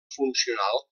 funcional